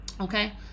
Okay